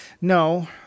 No